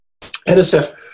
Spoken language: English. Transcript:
NSF